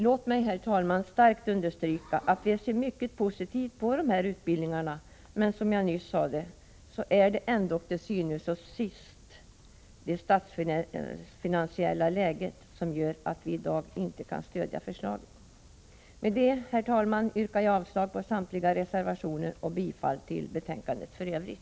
Låt mig, herr talman, starkt understryka att vi ser mycket positivt på dessa utbildningar, men til syvende og sidst gör det statsfinansiella läget att vi inte kan stödja förslagen i dag. Med detta, herr talman, yrkar jag avslag på samtliga reservationer och bifall till utskottets hemställan i övrigt.